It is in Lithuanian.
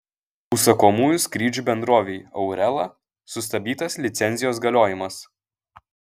užsakomųjų skrydžių bendrovei aurela sustabdytas licencijos galiojimas